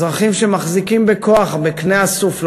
אזרחים שמחזיקים בכוח בקנה הסוף,